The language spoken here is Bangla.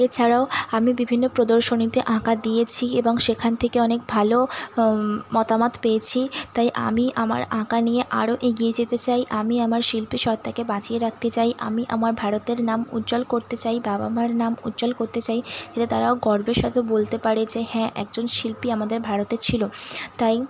এছাড়াও আমি বিভিন্ন প্রদর্শনীতে আঁকা দিয়েছি এবং সেখান থেকে অনেক ভালো মতামত পেয়েছি তাই আমি আমার আঁকা নিয়ে আরও এগিয়ে যেতে চাই আমি আমার শিল্পীসত্ত্বাকে বাঁচিয়ে রাখতে চাই আমি আমার ভারতের নাম উজ্জ্বল করতে চাই বাবা মার নাম উজ্জ্বল করতে চাই যাতে তারাও গর্বের সাথে বলতে পারে যে হ্যাঁ একজন শিল্পী আমাদের ভারতে ছিল তাই